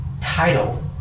title